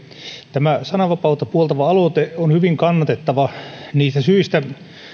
tämä sananvapautta puoltava aloite on hyvin kannatettava niistä syistä